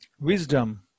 wisdom